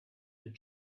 and